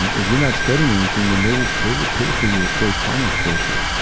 and if you're not studying anything, then they will, they will pay for your correspondence courses.